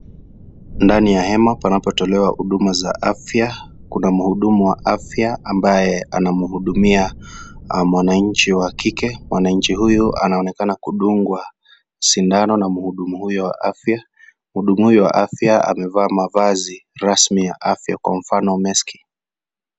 Ndani ya hema panapotolewa huduma za afya kuna mhudumu wa afya ambaye anamhudumia mwananchi wa kike, mwananchi huyu anaonekana kudungwa sindano na mhudumu huyo wa afya, mhudumu huyo wa afya amevaa mavazi rasmi ya afya kwa mfano meski.